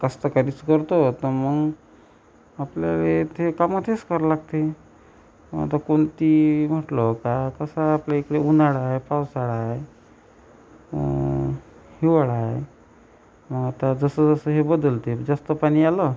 कास्तकारीच करतो तर मग आपल्या येथे कामं तेच करा लागते आता कोणती म्हटलं का तसा आपल्या इकडे उन्हाळा आहे पावसाळा आहे हिवाळा आहे आता जसंजसं हे बदलते जास्त पाणी आलं